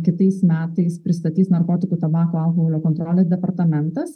kitais metais pristatys narkotikų tabako alkoholio kontrolės departamentas